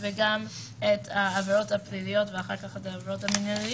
(היו"ר סימון דוידסון)